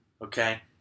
Okay